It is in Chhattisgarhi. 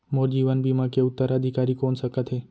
मोर जीवन बीमा के उत्तराधिकारी कोन सकत हे?